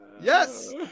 Yes